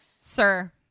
sir